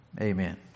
amen